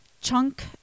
chunk